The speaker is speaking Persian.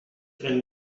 این